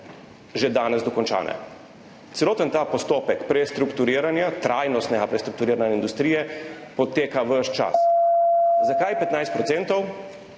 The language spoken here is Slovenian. že danes dokončane. Celoten ta postopek prestrukturiranja, trajnostnega prestrukturiranja industrije poteka ves čas. Zakaj 15 %?